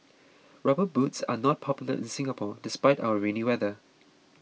rubber boots are not popular in Singapore despite our rainy weather